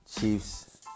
Chiefs